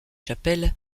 chapelle